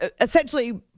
essentially